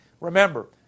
Remember